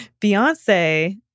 Beyonce